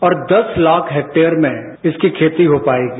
और दस लाख हैक्टेयर में इसकी खेती हो पायेगी